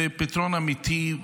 ופתרון אמיתי,